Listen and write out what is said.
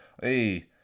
hey